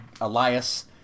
Elias